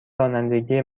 رانندگی